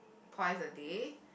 twice a day